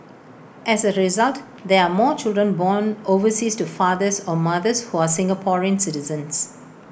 as A result there are more children born overseas to fathers or mothers who are Singaporean citizens